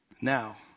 Now